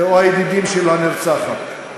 או הידידים של הנרצחת.